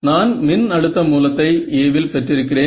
நான் மின் அழுத்த மூலத்தை A வில் பெற்றிருக்கிறேன்